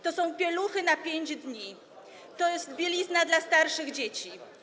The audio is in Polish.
To są pieluchy na 5 dni, to jest bielizna dla starszych dzieci.